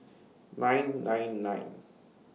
nine nine nine